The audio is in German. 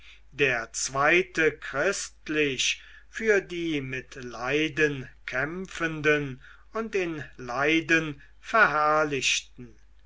der zweite christlich für die mit leiden kämpfenden und in leiden